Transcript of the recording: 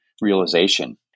realization